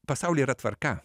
pasauly yra tvarka